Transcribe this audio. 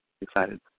excited